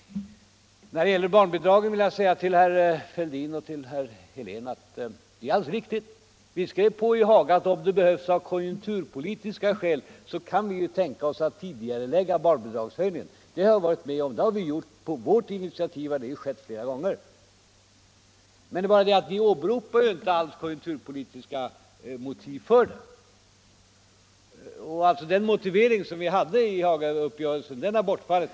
När det gäller barnbidragen vill jag säga till herr Fälldin och herr Helén att det är riktigt att vi i Haga skrev på att vi om det behövs av konjunkturpolitiska skäl kan tänka oss att tidigarelägga barnbidragshöjningen. Det har skett flera gånger på vårt initiativ. Det är bara det att vi ju inte alls åberopar konjunkturpolitiska skäl för en tidigareläggning. Den motivering som var inskriven i Hagauppgörelsen har alltså bortfallit.